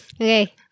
Okay